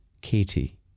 Katie